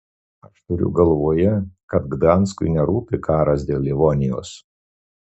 aš turiu galvoje kad gdanskui nerūpi karas dėl livonijos